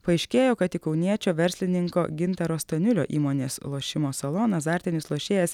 paaiškėjo kad į kauniečio verslininko gintaro staniulio įmonės lošimo saloną azartinis lošėjas